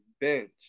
bench